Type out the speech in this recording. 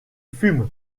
fume